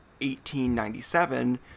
1897